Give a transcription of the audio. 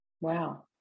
Wow